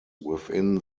within